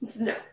No